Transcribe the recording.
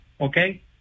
Okay